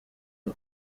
uwo